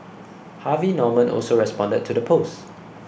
Harvey Norman also responded to the post